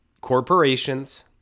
corporations